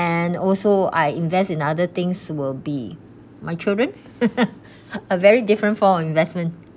and also I invest in other things will be my children are very different form of investment